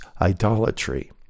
idolatry